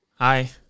Hi